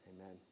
Amen